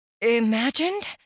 Imagined